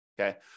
Okay